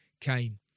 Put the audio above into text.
came